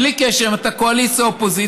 בלי קשר אם אתה קואליציה או אופוזיציה,